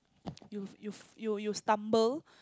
you you you you stumble